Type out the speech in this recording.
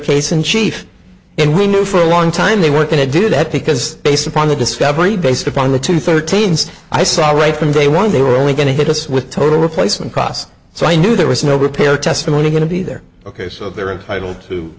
case in chief and we knew for a long time they were going to do that because based upon the discovery based upon the two thirteen i saw all right from day one they were only going to hit us with total replacement cost so i knew there was no repair test for we're going to be there ok so they're entitled to